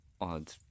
odd